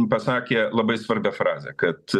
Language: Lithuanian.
pasakė labai svarbią frazę kad